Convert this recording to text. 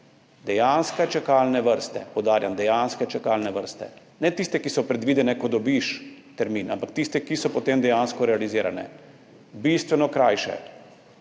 dejanske čakalne vrste, poudarjam dejanske čakalne vrste, ne tiste, ki so predvidene, ko dobiš termin, ampak tiste, ki so potem dejansko realizirane, bistveno krajše,